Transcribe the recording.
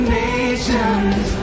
nations